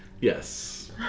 Yes